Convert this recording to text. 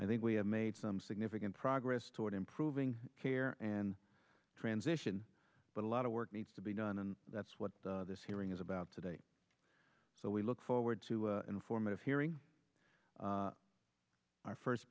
i think we have made some significant progress toward improving care and transition but a lot of work needs to be done and that's what this hearing is about today so we look forward to informative hearing our first